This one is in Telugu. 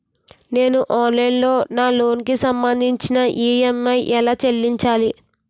నేను ఆన్లైన్ లో నా లోన్ కి సంభందించి ఈ.ఎం.ఐ ఎలా చెల్లించాలి?